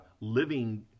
living